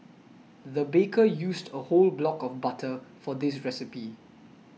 the baker used a whole block of butter for this recipe